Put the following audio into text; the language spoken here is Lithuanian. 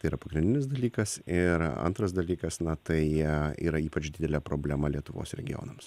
tai yra pagrindinis dalykas ir antras dalykas na tai jie yra ypač didelė problema lietuvos regionams